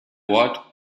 ort